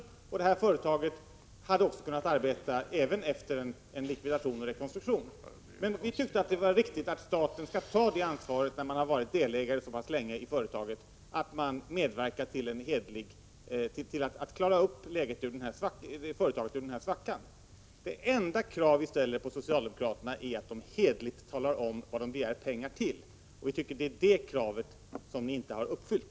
Een-Holmgren Ortopediska AB hade också kunnat arbeta efter en likvidation och rekonstruktion, men när staten har varit delägare så pass länge i företaget, tycker vi att det är riktigt att riksdagen medverkar till att klara företaget ur den svacka där det hamnat. Det enda krav vi ställer på socialdemokraterna är att de hederligt talar om vad de begär pengar till. Vi tycker att det kravet har ni inte uppfyllt.